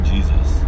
Jesus